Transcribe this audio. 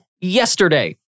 yesterday